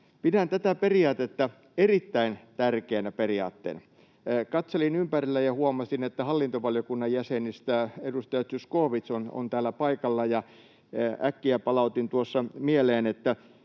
pidän tätä periaatetta erittäin tärkeänä periaatteena. Katselin ympärille ja huomasin, että hallintovaliokunnan jäsenistä edustaja Zyskowicz on täällä paikalla, ja äkkiä palautin tuossa mieleen, että